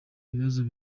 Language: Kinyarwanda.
ikibazo